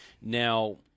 Now